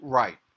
right